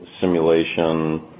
simulation